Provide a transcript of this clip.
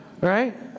right